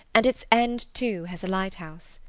and its end too has a lighthouse.